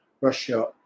Russia